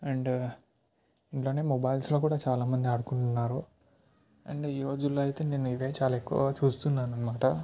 and మొబైల్స్లో కూడా చాలా మంది ఆడుకుంటున్నారు అండ్ ఈ రోజుల్లో అయితే నేను ఇదే చాలా ఎక్కువగా చూస్తునాననమాట